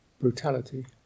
brutality